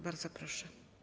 Bardzo proszę.